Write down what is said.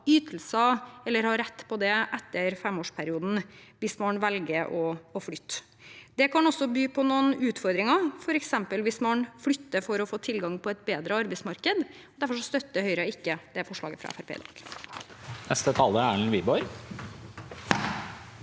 ytelser eller ha rett til det etter femårsperioden hvis man velger å flytte. Det kan også by på noen utfordringer, f.eks. hvis man flytter for å få tilgang på et bedre arbeidsmarked. Derfor støtter Høyre ikke dette forslaget fra